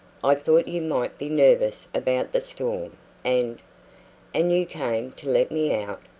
i thought you might be nervous about the storm and and you came to let me out?